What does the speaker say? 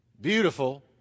beautiful